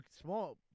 small